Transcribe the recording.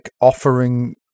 offering